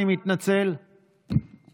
אני רוצה להגיד יישר כוח ליועצת המשפטית של